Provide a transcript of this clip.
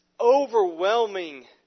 overwhelming